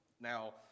Now